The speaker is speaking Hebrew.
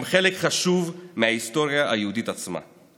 הם חלק חשוב מהיסטוריה היהודית עצמה.